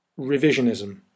revisionism